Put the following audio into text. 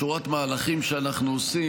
לשורת מהלכים שאנחנו עושים.